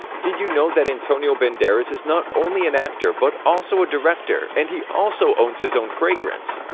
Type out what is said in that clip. did you know that antonio banderas is not only an actor but also a director and he also owns his own fragrance?